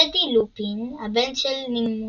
טדי לופין, הבן של נימפדורה